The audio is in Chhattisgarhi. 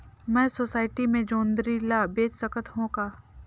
मैं सोसायटी मे जोंदरी ला बेच सकत हो का?